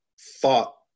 thought